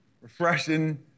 Refreshing